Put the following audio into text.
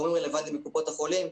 עם גורמים רלוונטיים בקופות החולים.